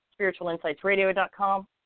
spiritualinsightsradio.com